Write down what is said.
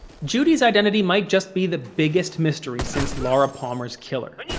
judy's identity might just be the biggest mystery since laura palmer's killer,